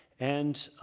and